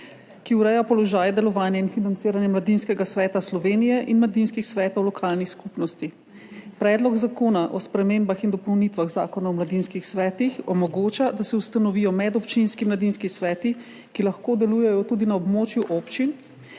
ki ureja položaj delovanja in financiranja Mladinskega sveta Slovenije in mladinskih svetov lokalnih skupnosti. Predlog zakona o spremembah in dopolnitvah Zakona o mladinskih svetih omogoča, da se ustanovijo medobčinski mladinski sveti, ki lahko delujejo tudi na območju občin,